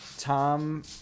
Tom